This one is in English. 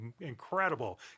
incredible